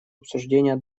обсуждения